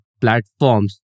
platforms